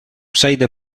przejdę